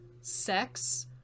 sex